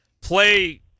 play